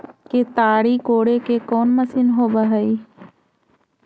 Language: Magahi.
केताड़ी कोड़े के कोन मशीन होब हइ?